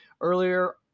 earlier